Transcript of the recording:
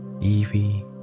Evie